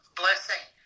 blessing